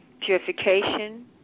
Purification